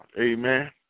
Amen